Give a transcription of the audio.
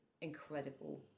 incredible